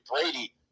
Brady